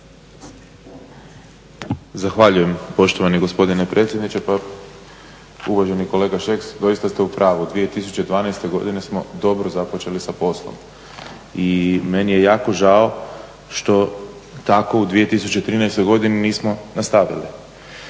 Zahvaljujem poštovani gospodine predsjedniče. Pa uvaženi kolega Šeks, doista ste u pravu. 2012. godine smo dobro započeli sa poslom. I meni je jako žao što tako u 2013. godini nismo nastavili.